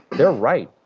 they're right.